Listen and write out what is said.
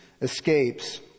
escapes